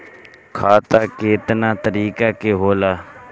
खाता केतना तरीका के होला?